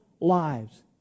lives